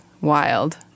wild